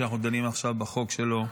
שאנחנו דנים עכשיו בחוק שלו,